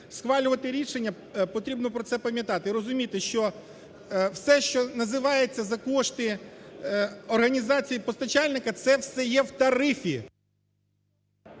схвалювати рішення, потрібно про це пам'ятати і розуміти, що все, що називається "за кошти організації постачальника", це все є в тарифі.